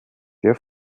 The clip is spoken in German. der